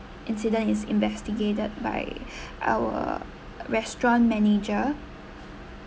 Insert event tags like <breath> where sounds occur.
incident is investigated by <breath> our restaurant manager